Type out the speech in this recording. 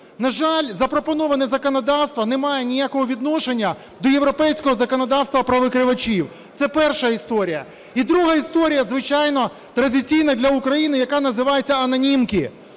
На жаль, запропоноване законодавство не має ніякого відношення до європейського законодавства про викривачів. Це перша історія. І друга історія – звичайно, традиційна для України, яка називається анонімки.